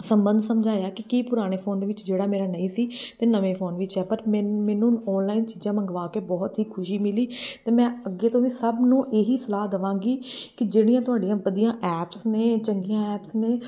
ਸੰਬੰਧ ਸਮਝਾਇਆ ਕਿ ਕੀ ਪੁਰਾਣੇ ਫੋਨ ਦੇ ਵਿੱਚ ਜਿਹੜਾ ਮੇਰਾ ਨਹੀਂ ਸੀ ਅਤੇ ਨਵੇਂ ਫੋਨ ਵਿੱਚ ਹੈ ਪਰ ਮੈਨ ਮੈਨੂੰ ਔਨਲਾਈਨ ਚੀਜ਼ਾਂ ਮੰਗਵਾ ਕੇ ਬਹੁਤ ਹੀ ਖੁਸ਼ੀ ਮਿਲੀ ਅਤੇ ਮੈਂ ਅੱਗੇ ਤੋਂ ਵੀ ਸਭ ਨੂੰ ਇਹੀ ਸਲਾਹ ਦੇਵਾਂਗੀ ਕਿ ਜਿਹੜੀਆਂ ਤੁਹਾਡੀਆਂ ਵਧੀਆ ਐਪਸ ਨੇ ਚੰਗੀਆਂ ਐਪਸ ਨੇ